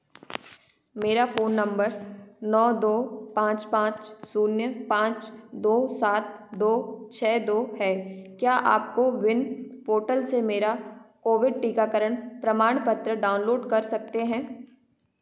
मेरा phone number नौ दो पाँच पाँच शून्य पाँच दो सात दो छः दो है क्या आप कोविन पोर्टल से मेरा कोविड टीकाकरण प्रमाणपत्र डाउनलोड कर सकते हैं